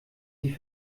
sie